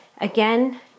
again